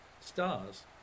Stars